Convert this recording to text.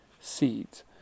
seeds